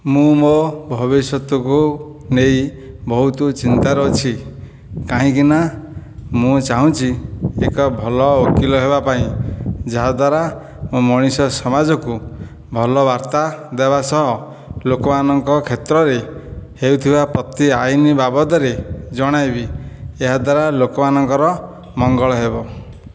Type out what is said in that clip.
ମୁଁ ମୋ ଭବିଷ୍ୟତକୁ ନେଇ ବହୁତ ଚିନ୍ତାରେ ଅଛି କାହିଁକିନା ମୁଁ ଚାହୁଁଛି ଏକ ଭଲ ଓକିଲ ହେବା ପାଇଁ ଯାହାଦ୍ୱାରା ମୁଁ ମଣିଷ ସମାଜକୁ ଭଲ ବାର୍ତ୍ତା ଦେବା ସହ ଲୋକମାନଙ୍କ କ୍ଷେତ୍ରରେ ହେଉଥିବା ପ୍ରତି ଆଇନ୍ ବାବଦରେ ଜଣାଇବି ଏହାଦ୍ୱାରା ଲୋକମାନଙ୍କର ମଙ୍ଗଳ ହେବ